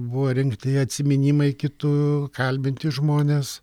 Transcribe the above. buvo rinkti atsiminimai kitų kalbinti žmonės